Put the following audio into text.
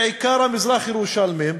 בעיקר המזרח-ירושלמים?